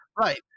Right